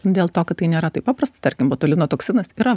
dėl to kad tai nėra taip paprasta tarkim botulino toksinas yra